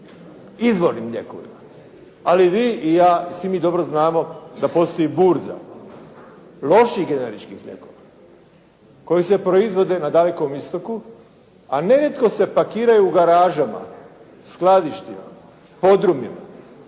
izvornim lijekovima. Ali i vi i ja, svi mi dobro znamo da postoji burza loših generičkih lijekova koji se proizvode na Dalekom istoku, a nerijetko se pakiraju u garažama, skladištima, podrumima